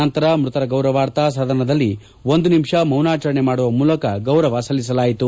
ನಂತರ ಮ್ಬತರ ಗೌರವಾರ್ಥ ಸದನದಲ್ಲಿ ಒಂದು ನಿಮಿಷ ಮೌನಾಚರಣೆ ಮಾಡುವ ಸಲ್ಲಿಸುವ ಗೌರವ ಸಲ್ಲಿಸಲಾಯಿತು